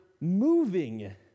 moving